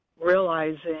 realizing